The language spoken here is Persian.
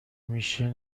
میشه